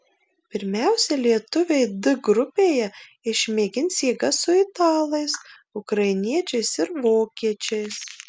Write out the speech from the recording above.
pirmiausia lietuviai d grupėje išmėgins jėgas su italais ukrainiečiais ir vokiečiais